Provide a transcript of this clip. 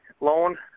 loan